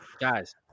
Guys